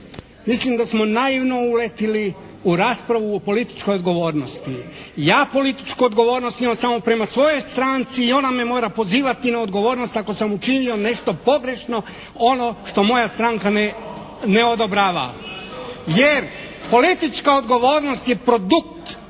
mislim da smo naivno uletili u raspravu o političkoj odgovornosti. Ja političku odgovornost imam samo prema svojoj stranci i ona me morati pozivati na odgovornost ako sam učinio nešto pogrešno, ono što moja stranka ne odobrava. Jer politička odgovornost je produkt komunističke